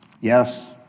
yes